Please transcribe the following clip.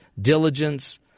diligence